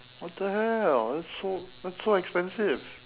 what the hell that's so that's so expensive